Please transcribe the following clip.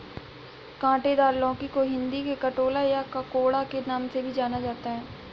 काँटेदार लौकी को हिंदी में कंटोला या ककोड़ा के नाम से भी जाना जाता है